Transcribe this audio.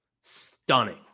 Stunning